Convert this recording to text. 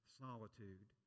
solitude